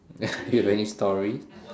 do you have any stories